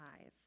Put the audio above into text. eyes